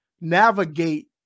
navigate